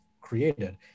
created